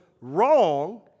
wrong